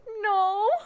no